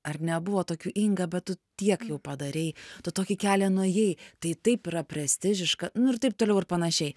ar ne buvo tokių inga bet tu tiek jau padarei tu tokį kelią nuėjai tai taip yra prestižiška nu ir taip toliau ir panašiai